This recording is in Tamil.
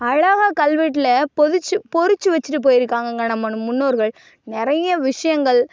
அழகா கல்வெட்டில் பொரிச்சி பொரித்து வச்சிட்டு போயிருக்காங்கங்க நம்ம நம் முன்னோர்கள் நிறைய விஷயங்கள்